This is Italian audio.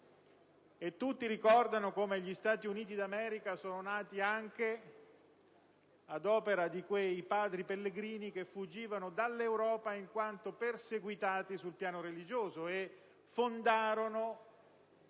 europee e che gli Stati Uniti d'America sono nati anche ad opera di quei Padri Pellegrini che, fuggiti dall'Europa perché perseguitati sul piano religioso, fondarono